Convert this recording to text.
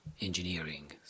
engineering